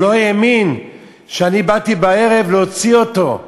הוא לא האמין שאני באתי בערב להוציא אותו,